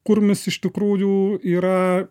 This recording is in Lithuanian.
kurmis iš tikrųjų yra